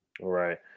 Right